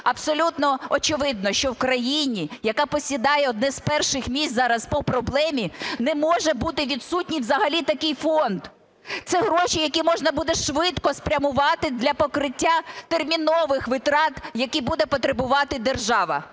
Абсолютно очевидно, що в країні, яка посідає одне з перших місць зараз по проблемі, не може бути відсутній взагалі такий фонд. Це гроші, які можна буде швидко спрямувати для покриття термінових витрат, які буде потребувати держава.